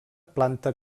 planta